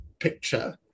Picture